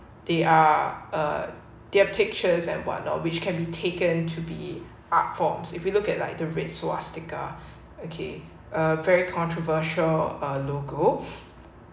they are uh there are pictures and whatnot which can be taken to be art forms if you look at like the red swastika okay a very controversial uh logo